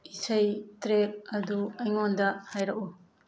ꯏꯁꯩ ꯇ꯭ꯔꯦꯛ ꯑꯗꯨ ꯑꯩꯉꯣꯟꯗ ꯍꯥꯏꯔꯛꯎ